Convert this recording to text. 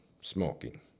smoking